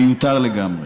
זה מיותר לגמרי.